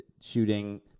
shooting